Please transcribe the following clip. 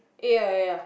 ya ya